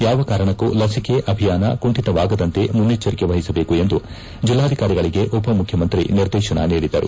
ಯಾವ ಕಾರಣಕೂ ಲಸಿಕೆ ಅಭಿಯಾನ ಕುಂಠಿತವಾಗದಂತೆ ಮುನ್ನಚ್ಚರಿಕೆ ವಹಿಸಬೇಕು ಎಂದು ಅಧಿಕಾರಿಗಳಿಗೆ ಉಪಮುಖ್ಯಮಂತ್ರಿ ನಿರ್ದೇಶನ ನೀಡಿದರು